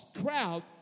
crowd